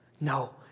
No